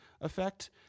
effect